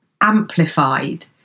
amplified